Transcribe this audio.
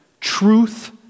truth